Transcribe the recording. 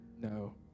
no